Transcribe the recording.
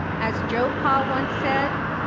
as joe paul once said,